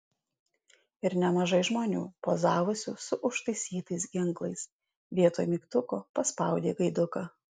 ir nemažai žmonių pozavusių su užtaisytais ginklais vietoj mygtuko paspaudė gaiduką